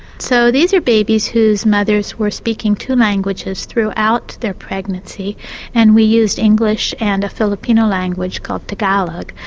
so these are babies whose mothers were speaking two languages throughout their pregnancy and we used english and a filipino language called tagalog,